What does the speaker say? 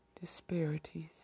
disparities